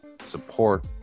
Support